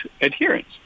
adherence